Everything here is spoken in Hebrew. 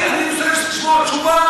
אז אתה רוצה להעביר את זה לוועדת הפנים?